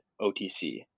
OTC